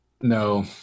no